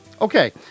Okay